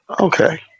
Okay